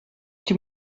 die